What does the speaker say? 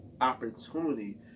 opportunity